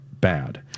bad